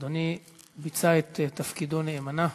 אדוני ביצע את תפקידו נאמנה.